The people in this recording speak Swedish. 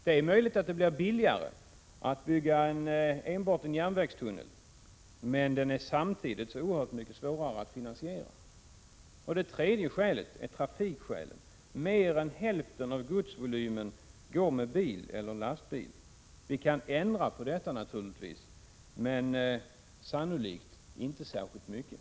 Det är möjligt att det blir billigare att bygga enbart en järnvägstunnel, men den är samtidigt oerhört mycket svårare att finansiera. 3. Trafikskäl. Mer än hälften av godsvolymen går med bil eller lastbil. Vi kan naturligtvis ändra på detta, men sannolikt inte särskilt mycket.